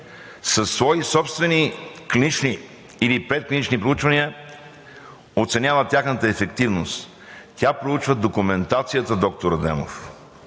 със свои собствени клинични или предклинични проучвания оценява тяхната ефективност. Тя проучва документацията, доктор Адемов,